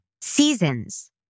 seasons